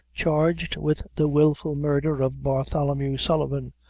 charged with the wilful murder of bartholomew sullivan,